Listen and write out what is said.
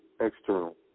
external